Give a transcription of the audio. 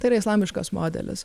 tai yra islamiškas modelis